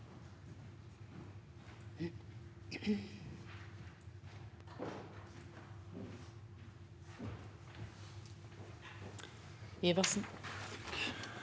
Iversen